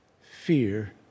fear